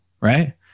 Right